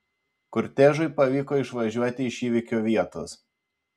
kortežui pavyko išvažiuoti iš įvykio vietos